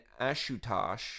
Ashutosh